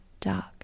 dark